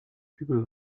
people